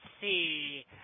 see